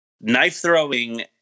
knife-throwing